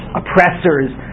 oppressors